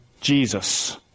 Jesus